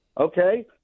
okay